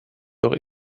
doch